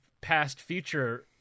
past-future